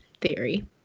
theory